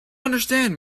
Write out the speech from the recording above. understand